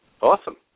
Awesome